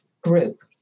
group